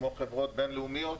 כמו חברות בין-לאומיות